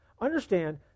Understand